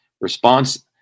response